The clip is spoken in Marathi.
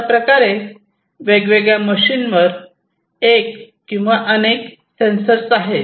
अशाप्रकारे वेगवेगळ्या मशीनवर एक किंवा अनेक सेंसर आहेत